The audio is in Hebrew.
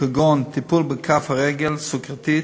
כגון טיפול בכף רגל סוכרתית,